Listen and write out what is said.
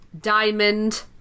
Diamond